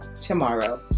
tomorrow